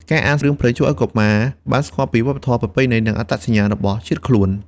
ការអានរឿងព្រេងជួយឲ្យកុមារបានស្គាល់ពី វប្បធម៌ ប្រពៃណី និងអត្តសញ្ញាណ របស់ជាតិខ្លួន។